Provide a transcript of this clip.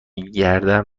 گردن